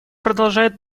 продолжает